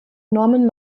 norman